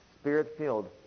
Spirit-filled